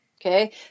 okay